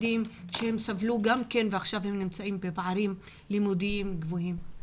שסבלו ושעכשיו נמצאים בפערים לימודיים גבוהים.